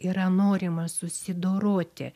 yra norima susidoroti